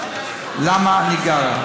למה ניגרע?